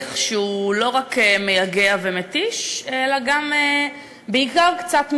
להליך שהוא לא רק מייגע ומתיש אלא גם ובעיקר קצת מביך.